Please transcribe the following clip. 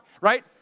right